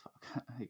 fuck